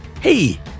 Hey